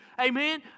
Amen